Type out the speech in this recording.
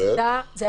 זה היה שבר,